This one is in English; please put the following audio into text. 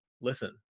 listen